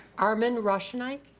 arman roshonnai.